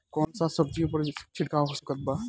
कौन सा सब्जियों पर छिड़काव हो सकत बा?